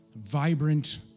Vibrant